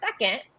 second